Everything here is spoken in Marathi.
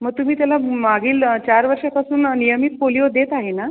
मग तुम्ही त्याला मागील चार वर्षांपासून नियमित पोलियो देत आहे ना